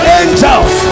angels